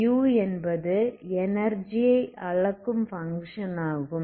u என்பது energy ஐ அளக்கும் பங்க்ஷன் ஆகும்